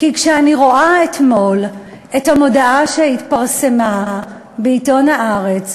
כי כשאני רואה אתמול את המודעה שהתפרסמה בעיתון "הארץ",